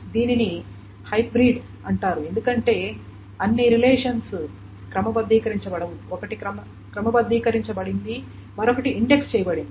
దీనిని హైబ్రిడ్ అంటారు ఎందుకంటే అన్నీ రిలేషన్స్ క్రమబద్ధీకరించబడవు ఒకటి క్రమబద్ధీకరించ బడింది మరొకటి ఇండెక్స్ చేయబడింది